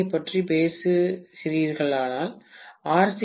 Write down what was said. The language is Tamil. யைப் பற்றி பேசுகிறீர்களானால் ஆர்